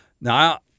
Now